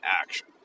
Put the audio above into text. action